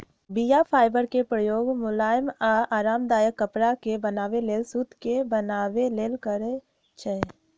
बीया फाइबर के प्रयोग मुलायम आऽ आरामदायक कपरा के बनाबे लेल सुत के बनाबे लेल करै छइ